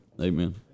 Amen